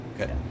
Okay